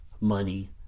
money